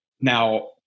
Now